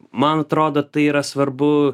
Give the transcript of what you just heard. man atrodo tai yra svarbu